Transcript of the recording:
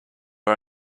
are